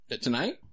Tonight